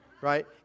right